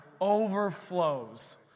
Overflows